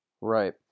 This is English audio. Right